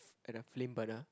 at the flame burner